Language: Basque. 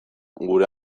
gure